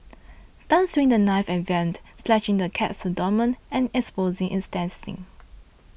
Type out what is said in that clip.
tan swung the knife at Vamp slashing the cat's abdomen and exposing its intestines